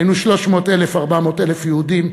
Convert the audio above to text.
היינו 300,000 400,000 יהודים.